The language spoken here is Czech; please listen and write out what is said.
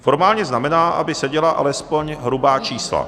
Formálně znamená, aby seděla alespoň hrubá čísla.